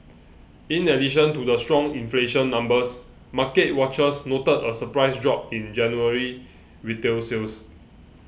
in addition to the strong inflation numbers market watchers noted a surprise drop in January retail sales